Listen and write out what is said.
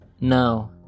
No